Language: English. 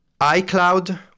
iCloud